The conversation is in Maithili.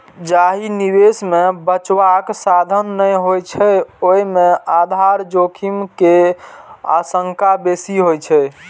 जाहि निवेश मे बचावक साधन नै होइ छै, ओय मे आधार जोखिम के आशंका बेसी होइ छै